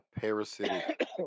parasitic